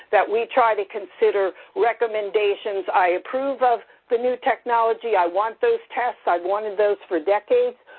that we try to consider recommendations. i approve of the new technology. i want those tests. i wanted those for decades.